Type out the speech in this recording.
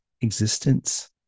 existence